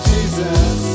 Jesus